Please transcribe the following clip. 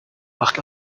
macht